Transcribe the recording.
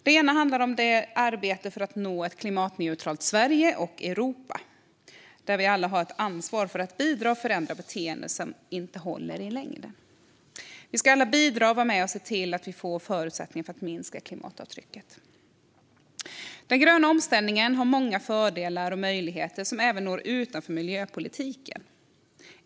Ett är arbetet för att nå ett klimatneutralt Sverige och Europa. Vi har alla ett ansvar för att bidra till att förändra beteenden som inte håller i längden. Vi ska alla bidra och vara med och se till att vi får förutsättningar att minska klimatavtrycket. Den gröna omställningen har många fördelar och möjligheter som även når utanför miljöpolitiken.